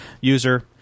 user